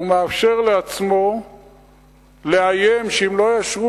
הוא מאפשר לעצמו לאיים שאם לא יאשרו